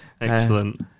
Excellent